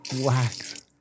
Wax